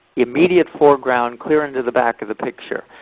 immediate foreground clear into the back of the picture,